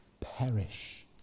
perish